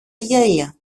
γέλια